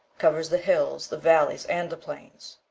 covers the hills, the valleys, and the plains.